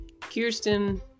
kirsten